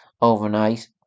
overnight